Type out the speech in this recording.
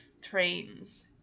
trains